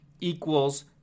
equals